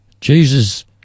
Jesus